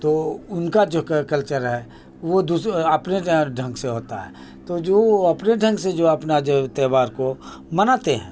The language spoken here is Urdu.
تو ان کا جو کلچر ہے وہ اپنے ڈھنگ سے ہوتا ہے تو جو وہ اپنے ڈھنگ سے جو اپنا جو تہوار کو مناتے ہیں